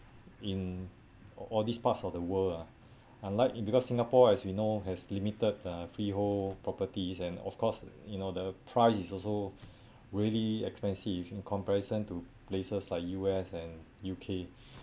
in all these parts of the world ah unlike because singapore as we know has limited uh freehold properties and of course you know the price is also really expensive in comparison to places like U_S and U_K